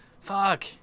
fuck